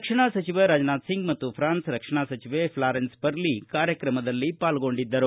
ರಕ್ಷಣಾ ಸಚಿವ ರಾಜನಾಥ್ ಸಿಂಗ್ ಮತ್ತು ಫ್ರಾನ್ಸ್ ರಕ್ಷಣಾ ಸಚಿವೆ ಫ್ಲಾರೆನ್ಸ್ ಪರ್ಲ ಕಾರ್ಕಕ್ರಮದಲ್ಲಿ ಪಾಲ್ಗೊಂಡಿದ್ದರು